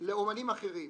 לאומנים אחרים.